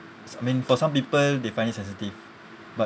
I mean for some people they find it sensitive but